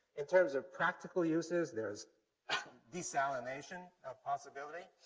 in terms of practical uses, there's desalination a possibility,